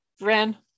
Ren